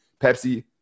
Pepsi